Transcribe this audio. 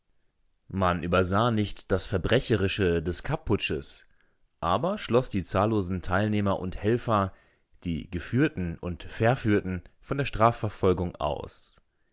man übersah nicht das verbrecherische des kapp-putsches aber schloß die zahllosen teilnehmer und helfer die geführten und verführten von der strafverfolgung aus